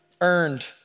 earned